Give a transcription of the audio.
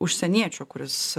užsieniečio kuris